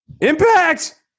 Impact